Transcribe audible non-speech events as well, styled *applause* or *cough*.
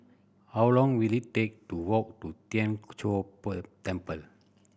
how long will it take to walk to Tien Chor *unintelligible* Temple